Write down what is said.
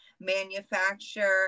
manufacture